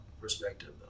perspective